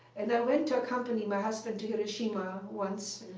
and i went to accompany my husband to hiroshima once.